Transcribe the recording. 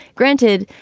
granted,